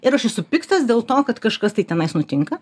ir aš esu piktas dėl to kad kažkas tai tenais nutinka